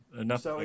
enough